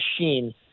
machine